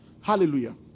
Hallelujah